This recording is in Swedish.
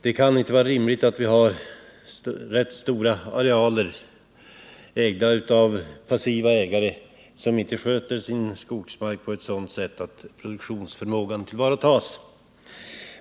Det kan inte vara rimligt att vi har rätt stora arealer ägda av passiva ägare som inte sköter sin skogsmark på ett sådant sätt att produktionsförmågan tillvaratas.